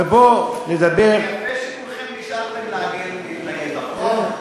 זה יפה שכולכם נשארתם להתנגד לחוק.